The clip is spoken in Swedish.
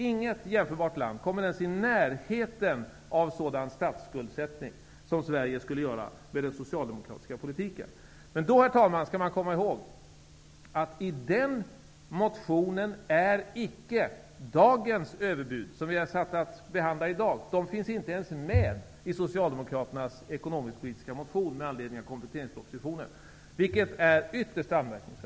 Inget jämförbart land kommer ens i närheten av sådan statsskuldsättning som Sverige skulle göra med den socialdemokratiska politiken. Men, herr talman, då skall man komma ihåg att de överbud som vi har att behandla i dag icke finns med i Socialdemokraternas ekonomiskpolitiska motion med anledning av kompletteringspropositionen, vilket är ytterst anmärkningsvärt.